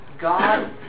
God